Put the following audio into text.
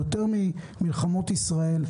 יותר ממלחמות ישראל.